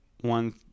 one